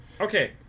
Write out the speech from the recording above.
Okay